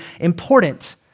important